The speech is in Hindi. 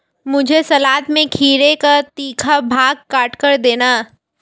मुझे सलाद में खीरे का तीखा भाग काटकर देना